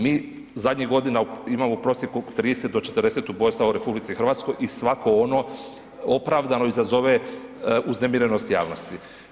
Mi zadnjih godina imamo prosjek oko 30 do 40 ubojstava u RH i svako ono opravdano izazove uznemirenost javnosti.